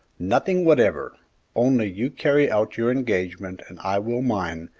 nothing whatever only you carry out your engagement and i will mine,